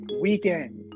weekend